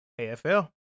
AFL